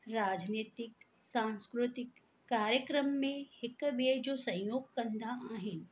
राजनीतिक सांस्कृतिक कार्यक्रम में हिक ॿिए जो सहयोग कंदा आहिनि